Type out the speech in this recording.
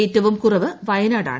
ഏറ്റവും കുറവ് വയനാടാണ്